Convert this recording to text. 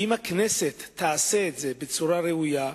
אם הכנסת תעשה את זה בצורה ראויה,